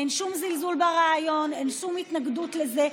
אין שום זלזול ברעיון, אין שום התנגדות לזה.